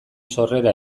sorrera